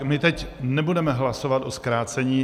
My teď nebudeme hlasovat o zkrácení.